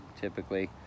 typically